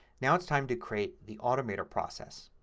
now it's time to create the automator process.